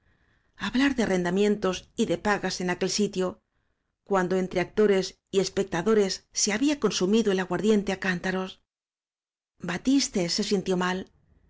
hablar de arrendamientos y de pagas en áñ aquel sitio cuando entre actores y espectado res se había consumido el aguardiente á cán taros batiste se sintió mal